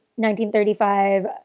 1935